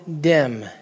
dim